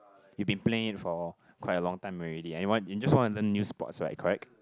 you been played for quite a long time already and you want you just want to learn new sports right correct